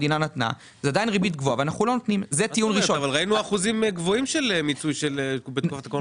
ראינו אחוזים גבוהים של מיצוי בתקופת הקורונה.